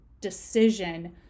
decision